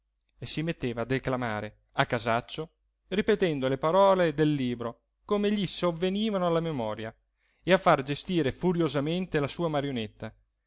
e si metteva a declamare a casaccio ripetendo le parole del libro come gli sovvenivano alla memoria e a far gestire furiosamente la sua marionetta